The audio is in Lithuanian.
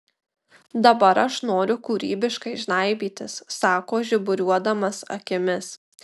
dabar aš noriu kūrybiškai žnaibytis sako žiburiuodamas akimis